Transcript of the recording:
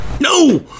No